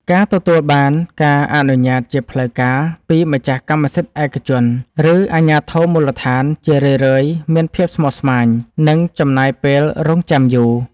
ការទទួលបានការអនុញ្ញាតជាផ្លូវការពីម្ចាស់កម្មសិទ្ធិឯកជន ឬអាជ្ញាធរមូលដ្ឋាន ជារឿយៗមានភាពស្មុគស្មាញ និងចំណាយពេលរង់ចាំយូរ។